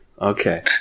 Okay